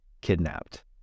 Kidnapped